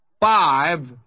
five